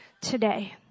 today